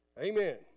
Amen